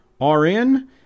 rn